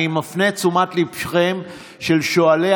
אני מפנה את תשומת ליבם של שואלי